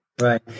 Right